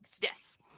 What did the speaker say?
Yes